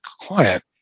client